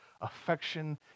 affection